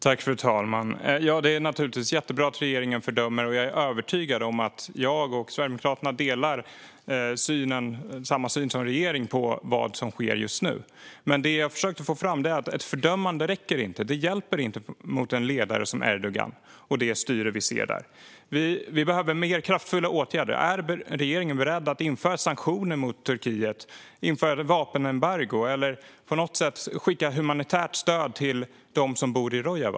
Fru talman! Det är givetvis bra att regeringen fördömer detta, och jag är övertygad om att jag och Sverigedemokraterna delar regeringens syn på det som sker just nu. Det jag dock försökte få fram var att ett fördömande inte räcker. Det hjälper inte mot en ledare som Erdogan och hans styre. Det behövs kraftfullare åtgärder. Är regeringen beredd att införa sanktioner och vapenembargo mot Turkiet eller på något sätt skicka humanitärt stöd till dem som bor i Rojava?